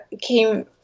came